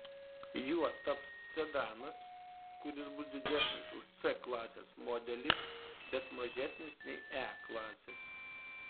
juo taps sedanas kuris bus didesnis už c klasės modelį bet mažesnis nei e klasės